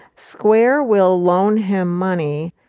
square will loan him money.